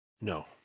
No